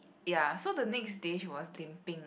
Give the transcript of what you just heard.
ya so the next day she was limping